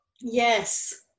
Yes